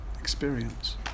experience